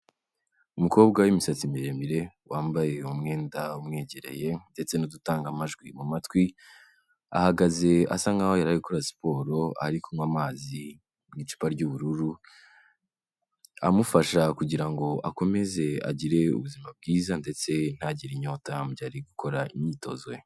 Umukobwa w'imisatsi miremire wambaye umwenda umwegereye ndetse n'udutanga amajwi mu matwi, ahagaze asa nk'aho yari ari gukora siporo ari kunywa amazi mu icupa ry'ubururu, amufasha kugira ngo akomeze agire ubuzima bwiza ndetse ntagire inyota mu gihe ari gukora imyitozo ye.